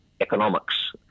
economics